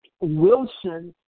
Wilson